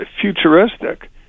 futuristic